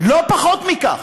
לא פחות מזה.